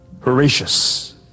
Horatius